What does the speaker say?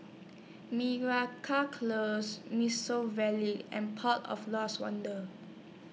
Close Miso Vale and Port of Lost Wonder